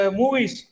movies